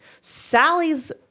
Sally's